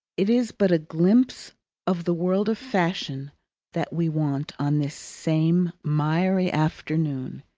it is but a glimpse of the world of fashion that we want on this same miry afternoon.